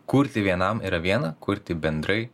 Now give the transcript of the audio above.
kurti vienam yra viena kurti bendrai